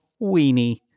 Weenie